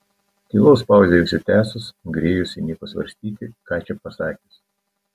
tylos pauzei užsitęsus grėjus įniko svarstyti ką čia pasakius